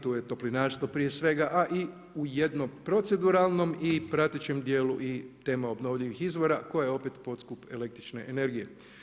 Tu je toplinarstvo prije svega, a i u jednom proceduralnom i pratećem dijelu i tema obnovljivih izvora, koja je opet podskup električne energije.